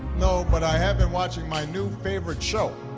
no, but i have been watching my new favorite show,